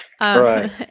Right